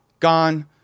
gone